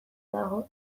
dago